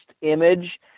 image